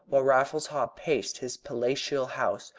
while raffles haw paced his palatial house.